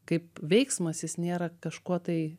kaip veiksmas jis nėra kažkuo tai